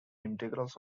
integrals